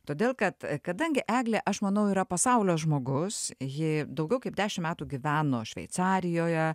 todėl kad kadangi eglė aš manau yra pasaulio žmogus ji daugiau kaip dešimt metų gyveno šveicarijoje